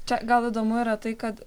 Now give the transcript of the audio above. čia gal įdomu yra tai kad